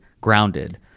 grounded